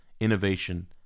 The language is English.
innovation